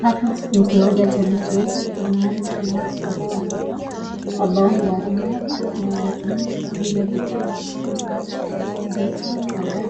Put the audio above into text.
Hapa ni kiwanja cha michezo na naona, kuna watu wa kadhaa wa kadhaa ambao ni walemavu na wanatumia vile vijiti ama vifaa